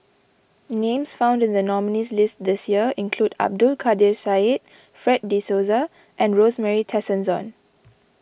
names found in the nominees' list this year include Abdul Kadir Syed Fred De Souza and Rosemary Tessensohn